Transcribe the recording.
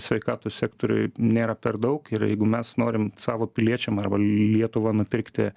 sveikatos sektoriuj nėra per daug ir jeigu mes norim savo piliečiam arba lietuvą nupirkti